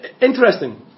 Interesting